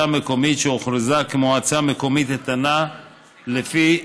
מקומית שהוכרזה כמועצה מקומית איתנה לפי,